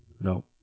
No